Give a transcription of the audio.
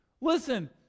Listen